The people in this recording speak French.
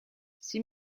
six